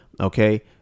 Okay